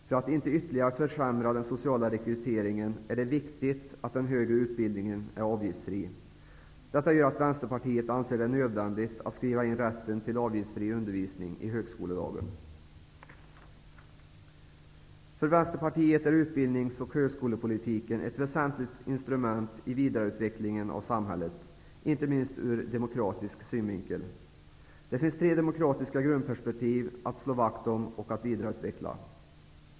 För att inte ytterligare försämra den sociala rekryteringen är det viktigt att den högre utbildningen är avgiftsfri. Detta gör att Vänsterpartiet anser det nödvändigt att skriva in rätten till avgiftsfri undervisning i högeskolelagen. För Vänsterpartiet är utbildnings och högskolepolitiken ett väsentligt instrument i vidareutvecklingen av samhället, inte minst ur demokratisk synvinkel. Det finns tre demokratiska grundperspektiv att slå vakt om och att vidareutveckla.